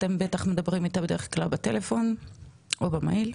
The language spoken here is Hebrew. אתם בטח מדברים איתה בדרך כלל בטלפון או במייל.